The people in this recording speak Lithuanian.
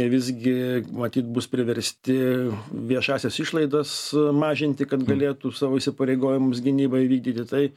visgi matyt bus priversti viešąsias išlaidas mažinti kad galėtų savo įsipareigojimus gynybai vykdyti tai